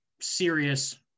serious